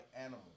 Animal